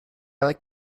like